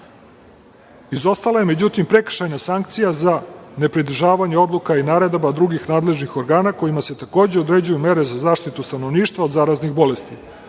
Izostala je, međutim, prekršajna sankcija za nepridržavanje odluka i naredaba drugih nadležnih organa kojima se takođe određuju mere za zaštitu stanovništva od zaraznih bolesti. Osim